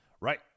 Right